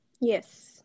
Yes